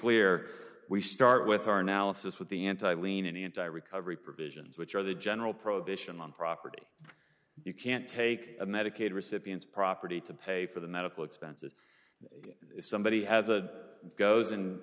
clear we start with our analysis with the anti lean any anti recovery provisions which are the general prohibition on property you can't take medicaid recipients property to pay for the medical expenses somebody has a goes in